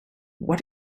what